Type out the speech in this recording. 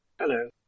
Hello